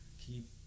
Keep